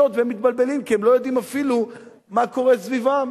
והם מתבלבלים כי הם לא יודעים אפילו מה קורה סביבם.